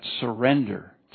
surrender